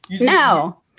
No